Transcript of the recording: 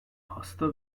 hasta